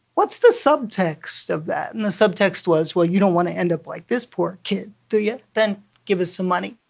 what's the subtext of that? and the subtext was well, you don't want to end up like this poor kid, do you? then give us some money.